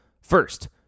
First